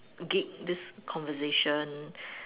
gig this conversation